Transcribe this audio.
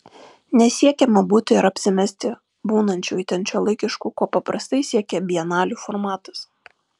nesiekiama būti ar apsimesti būnančiu itin šiuolaikišku ko paprastai siekia bienalių formatas